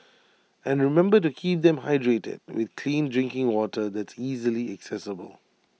and remember to keep them hydrated with clean drinking water that's easily accessible